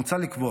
מוצע לקבוע